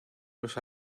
los